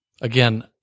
again